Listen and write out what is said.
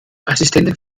assistentin